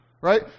right